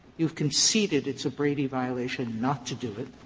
you've conceded it's a brady violation not to do it,